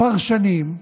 פרשנים,